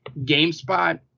GameSpot